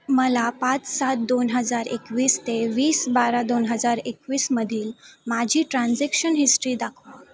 मला पाच सात दोन हजार एकवीस ते वीस बारा दोन हजार एकवीसमधील माझी ट्रान्झॅक्शन हिस्ट्री दाखवा